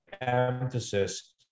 emphasis